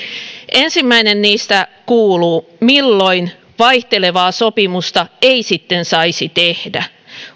ensimmäinen niistä kuuluu milloin vaihtelevaa sopimusta ei sitten saisi tehdä